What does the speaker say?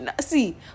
see